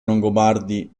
longobardi